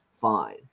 fine